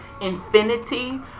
infinity